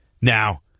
Now